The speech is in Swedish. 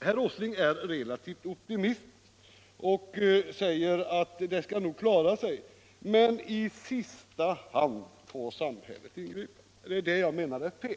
Herr Åsling är relativt optimistisk och säger att det nog skall klara sig men att samhället i sista hand får ingripa. Det anser jag vara fel.